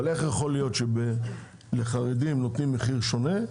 איך יכול להיות שלחרדים נותנים מחיר שונה,